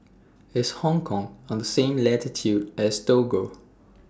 IS Hong Kong on The same latitude as Togo